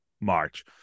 March